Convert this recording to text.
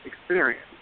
experience